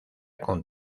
con